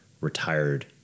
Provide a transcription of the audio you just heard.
retired